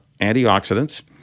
antioxidants